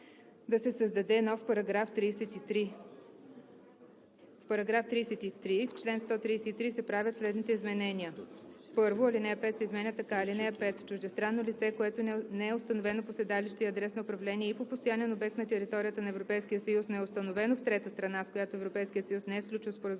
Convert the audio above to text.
да се създаде нов § 33: „§ 33. В чл. 133 се правят следните изменения: 1. Ал. 5 се изменя така: „(5) Чуждестранно лице, което не е установено по седалище и адрес на управление и по постоянен обект на територията на Европейския съюз, но е установено в трета страна, с която Европейският съюз не е сключил споразумение